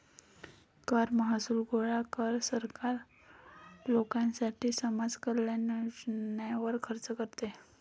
कर महसूल गोळा कर, सरकार लोकांसाठी समाज कल्याण योजनांवर खर्च करते